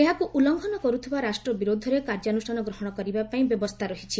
ଏହାକୁ ଉଲ୍ଲ୍ଘନ କରୁଥିବା ରାଷ୍ଟ୍ର ବିରୋଧରେ କାର୍ଯ୍ୟାନୁଷ୍ଠାନ ଗ୍ରହଣ କରିବା ପାଇଁ ବ୍ୟବସ୍ଥା ରହିଛି